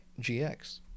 GX